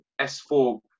S4